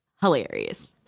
Hilarious